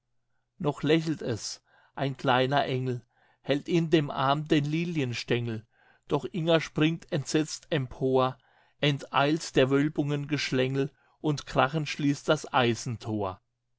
noch lächelt es ein kleiner engel hält in dem arm den lilienstengel doch inger springt entsetzt empor enteilt der wölbungen geschlängel und krachend schließt das